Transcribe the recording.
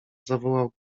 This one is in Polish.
zawołał